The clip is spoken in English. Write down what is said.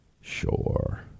Sure